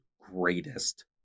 greatest